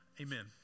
Amen